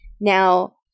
Now